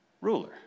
ruler